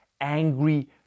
angry